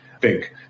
big